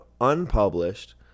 unpublished